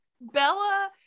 bella